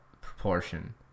proportion